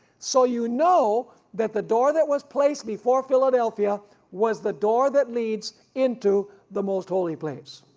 so you know that the door that was placed before philadelphia was the door that leads into the most holy place.